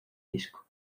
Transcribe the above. disco